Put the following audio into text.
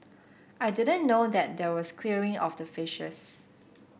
I didn't know that there was clearing of the fishes